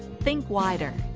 think wider.